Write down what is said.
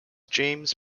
james